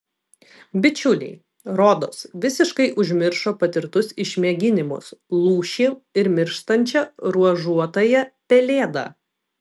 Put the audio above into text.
bičiuliai rodos visiškai užmiršo patirtus išmėginimus lūšį ir mirštančią ruožuotąją pelėdą